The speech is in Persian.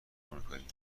آمریکایی